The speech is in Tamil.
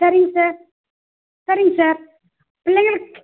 சரிங்க சார் சரிங்க சார் பிள்ளைங்களுக்கு